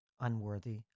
unworthy